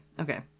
okay